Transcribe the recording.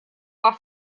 war